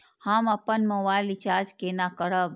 हम अपन mobile recharge केना करब?